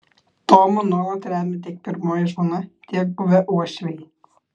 tomą nuolat remia tiek pirmoji žmona tiek buvę uošviai